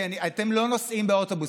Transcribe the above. כי אתם לא נוסעים באוטובוס,